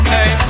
Hey